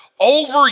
Over